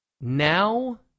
now